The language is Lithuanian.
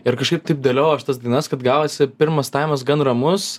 ir kažkaip taip dėliojau aš tas dainas kad gavosi pirmas taimas gan ramus